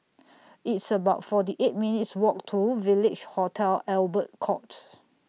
It's about forty eight minutes' Walk to Village Hotel Albert Court